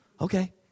Okay